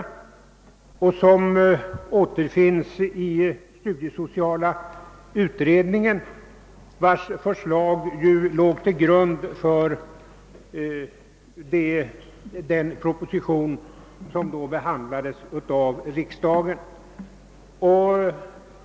Dessa skäl återfinns i studiesociala utredningen, vars förslag låg till grund för den proposition som då behandlades av riksdagen.